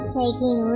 taking